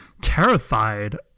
terrified